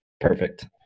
Perfect